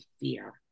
fear